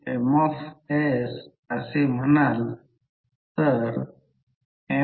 तर हे प्रत्यक्षात 6 1 0